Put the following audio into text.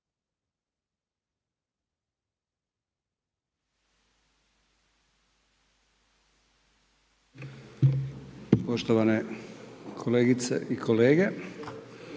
poštovane kolegice i kolege.